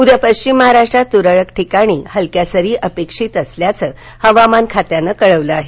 उद्या पश्चिम महाराष्ट्रात तुरळक ठिकाणी हलक्या सरी पेक्षित असल्याचं हवामान खात्यानं कळवलं आहे